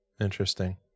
interesting